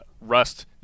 rust